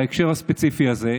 בהקשר הספציפי הזה.